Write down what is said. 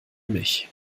mich